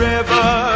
River